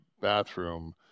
bathroom